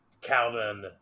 Calvin